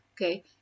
okay